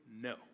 no